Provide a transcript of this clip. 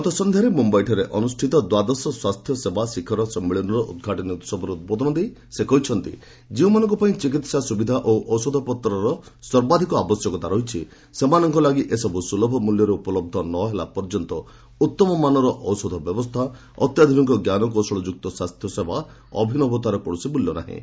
ଗତ ସନ୍ଧ୍ୟାରେ ମୁମ୍ୟାଇଠାରେ ଅନୁଷ୍ଠିତ ଦ୍ୱାଦଶ ସ୍ୱାସ୍ଥ୍ୟସେବା ଶିଖର ସମ୍ମିଳନୀର ଉଦ୍ଘାଟନୀ ଭହବରେ ଉଦ୍ବୋଧନ ଦେଇ ସେ କହିଛନ୍ତି ଯେଉଁମାନଙ୍କ ପାଇଁ ଚିକିତ୍ସା ସୁବିଧା ଓ ଔଷଧପତ୍ରର ସର୍ବାଧିକ ଆବଶ୍ୟକତା ରହିଛି ସେମାନଙ୍କ ଲାଗି ଏସବୁ ସୁଲଭ ମୂଲ୍ୟରେ ଉପଲବ୍ଧ ନ ହେଲା ପର୍ଯ୍ୟନ୍ତ ଉତ୍ତମ ମାନର ଔଷଧ ବ୍ୟବସ୍ଥା ଅତ୍ୟାଧୁନିକ ଞ୍ଜାନକୌଶଳଯୁକ୍ତ ସ୍ୱାସ୍ଥ୍ୟସେବା ଅଭିନବତାର କୌଣସି ମୂଲ୍ୟ ନାହିଁ